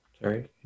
Sorry